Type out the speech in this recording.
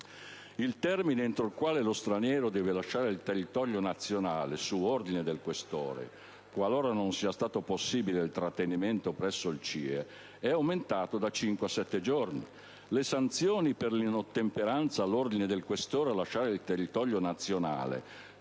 Il termine entro il quale lo straniero deve lasciare il territorio nazionale su ordine del questore, qualora non sia stato possibile il trattenimento presso il CIE, è aumentato da cinque a sette giorni. Le sanzioni per l'inottemperanza all'ordine del questore a lasciare il territorio nazionale,